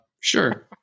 sure